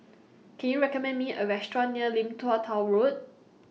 Can YOU recommend Me A Restaurant near Lim Tua Tow Road